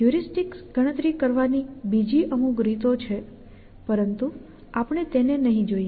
heuristic ગણતરી કરવાની બીજી અમુક રીતો છે પરંતુ આપણે તેને નહીં જોઈએ